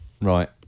Right